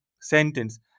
sentence